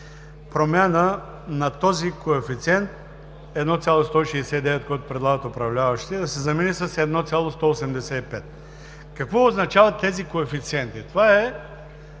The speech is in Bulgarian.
промяна на този коефициент 1,169, който управляващите предлагат да се замени с 1,185. Какво означават тези коефициенти? Това е